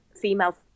female